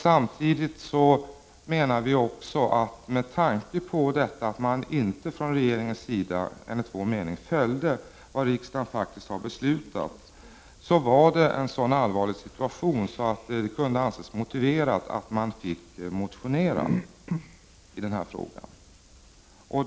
Samtidigt menar vi, med tanke på att regeringen enligt vår mening inte följde det riksdagen faktiskt har beslutat, att det var en sådan allvarlig situation att det kunde anses motiverat att man fick motionera i den här frågan.